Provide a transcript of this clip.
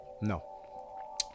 No